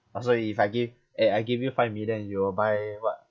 orh so if I give eh I give you five million you will buy what